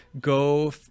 go